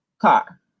car